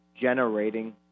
generating